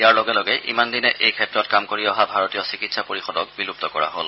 ইয়াৰ লগে লগে ইমান দিনে এইক্ষেত্ৰত কাম কৰি অহা ভাৰতীয় চিকিৎসা পৰিযদক বিলুপ্ত কৰা হল